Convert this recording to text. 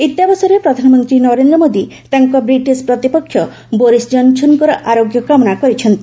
ଇତ୍ୟବସରରେ ପ୍ରଧାନମନ୍ତ୍ରୀ ନରେନ୍ଦ୍ର ମୋଦୀ ତାଙ୍କ ବ୍ରିଟିଶ ପ୍ରତିପକ୍ଷ ବୋରିସ୍ ଜନସନଙ୍କ ଆରୋଗ୍ୟ କାମନା କରିଛନ୍ତି